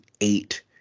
eight